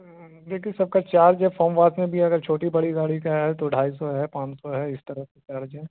دیکھیے سب کا چارج ہے فارم واس میں بھی اگر چھوٹی بڑی گاڑی کا ہے تو ڈھائی سو ہے پانچ سو ہے اس طرح سے چارج ہے